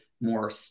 more